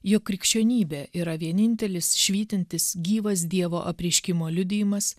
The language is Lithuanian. jog krikščionybė yra vienintelis švytintis gyvas dievo apreiškimo liudijimas